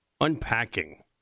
Unpacking